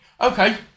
Okay